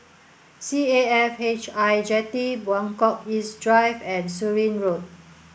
C A F H I Jetty Buangkok East Drive and Surin Road